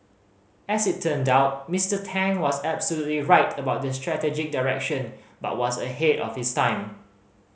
as it turned out Mister Tang was absolutely right about the strategic direction but was ahead of his time